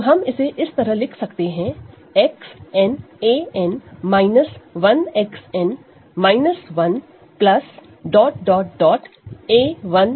तो हम इसे इस तरह लिख सकते हैं Xn an 1 Xn 1 a1 X a0